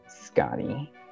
Scotty